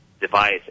device